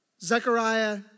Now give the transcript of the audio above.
Zechariah